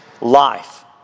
life